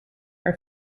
are